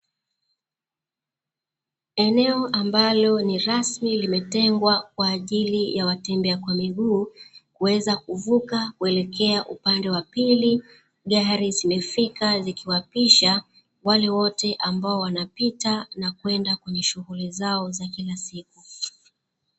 Eneo ambalo ni rasmi limetengwa kwa ajili ya watembea kwa miguu kuweza kuvuka kuelekea upande wa pili, gari zimefika zikiwapisha wale wote ambao wanapita na kwenda kwenye shughuli zao za kila siku.